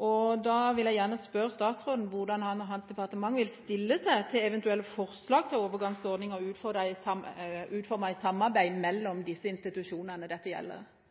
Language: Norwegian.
Jeg vil gjerne spørre statsråden: Hvordan vil han og hans departement stille seg til eventuelle forslag til overgangsordninger utformet i samarbeid mellom de institusjonene dette gjelder?